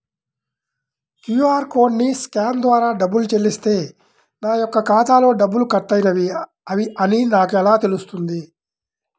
QR కోడ్ని scan ద్వారా డబ్బులు చెల్లిస్తే నా యొక్క ఖాతాలో డబ్బులు కట్ అయినవి అని నాకు ఎలా తెలుస్తుంది?